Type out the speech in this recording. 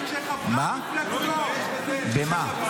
חבר כנסת מכהן אחד בבית הזה לדיראון עולם